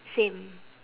same